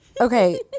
okay